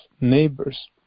neighbors